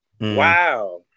Wow